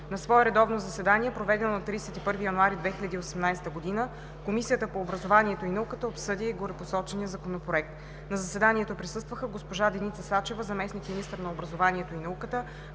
На свое редовно заседание, проведено на 31 януари 2018 г., Комисията по образованието и науката обсъди горепосочения Законопроект. На заседанието присъстваха: госпожа Деница Сачева, заместник-министър на образованието и науката;